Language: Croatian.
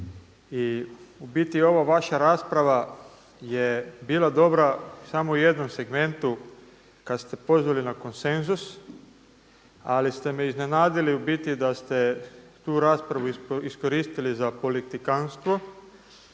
I u biti ova vaša rasprava je bila dobra samo u jednom segmentu kada ste pozvali na konsenzus. Ali ste me iznenadili u biti da ste tu raspravu iskoristili za politikanstvo